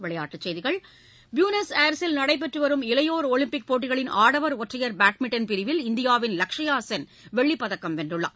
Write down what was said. விளையாட்டுச் செய்திகள் Buenos Aires ல் நடைபெற்றுவரும் இளையோர் ஒலிம்பிக் போட்டிகளின் ஆடவர் ஒற்றையர் பேட்மிண்ட்டன் பிரிவில் இந்தியாவின் லக்ஷ்யா சென் வெள்ளிப் பதக்கம் வென்றுள்ளார்